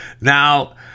Now